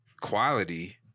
quality